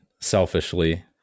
selfishly